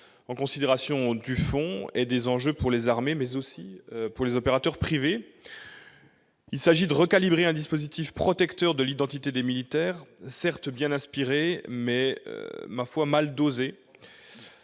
en considération du fond et des enjeux pour les armées mais aussi pour les opérateurs privés, il s'agit de recalibrer un dispositif protecteurs de l'identité des militaires certes bien inspiré, mais ma foi mal dosé